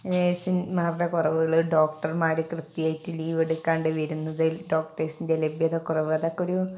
നഴ്സുമാരുടെ കുറവുകൾ ഡോക്ടർമാർ കൃത്യമായിട്ട് ലീവ് എടുക്കാതെ വരുന്നതിൽ ഡോക്ടേഴ്സിൻ്റെ ലഭ്യത കുറവ് അതൊക്കെ ഒരു